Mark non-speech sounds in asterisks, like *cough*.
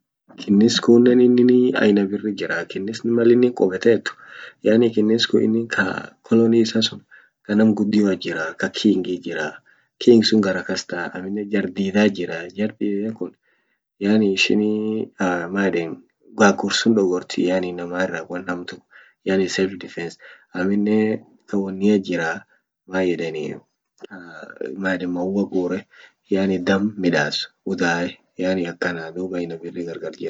Kinnis kunneni innini aina birrit jiraa. kinnisin Malin qubetot yani kinnis kun innin kaa colony isa sun ka nam gudioat jiraa kaa kingit jiraa. king sun gara kas taa aminnen jar diidat jiraa jar didan kun yani ishinii *hesitation* man yeden gagur sun dogortii yani innamarra won hamtu yani self defence. aminen ta woniat jiraa man yedanii maua guure yani damm midas udae yani akaana duub aina birrit gargar jiraa.